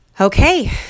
Okay